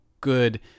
good